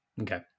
Okay